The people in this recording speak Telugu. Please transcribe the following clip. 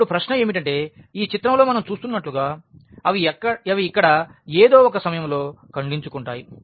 ఇప్పుడు ప్రశ్న ఏమిటంటే ఈ చిత్రంలో మనం చూస్తున్నట్లుగా అవి ఇక్కడ ఏదో ఒక సమయంలో ఖండించుకుంటాయి